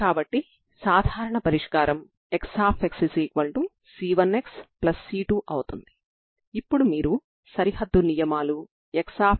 ఇవి రెండూ సరిహద్దు నియమాలు అవుతాయి